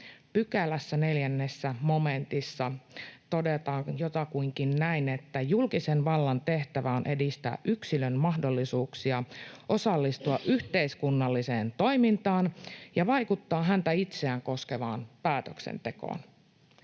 14 §:n 4 momentissa todetaan jotakuinkin näin: ”Julkisen vallan tehtävänä on edistää yksilön mahdollisuuksia osallistua yhteiskunnalliseen toimintaan ja vaikuttaa häntä itseään koskevaan päätöksentekoon.”